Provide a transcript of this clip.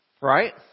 Right